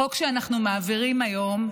החוק שאנחנו מעבירים היום,